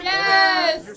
Yes